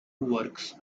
works